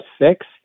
six